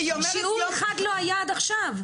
שיעור אחד לא היה עד עכשיו.